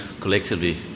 collectively